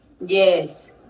Yes